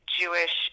Jewish